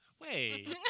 wait